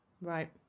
right